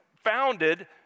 founded